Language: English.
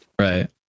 Right